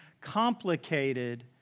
complicated